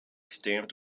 stamped